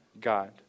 God